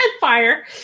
fire